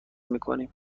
میکنیم